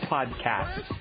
Podcast